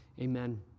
Amen